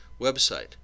Website